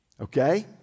Okay